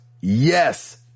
Yes